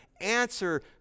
answer